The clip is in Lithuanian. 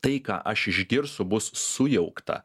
tai ką aš išgirstu bus sujaukta